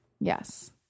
Yes